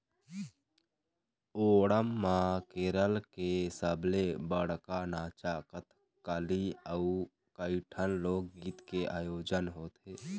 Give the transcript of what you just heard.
ओणम म केरल के सबले बड़का नाचा कथकली अउ कइठन लोकगीत के आयोजन होथे